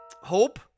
hope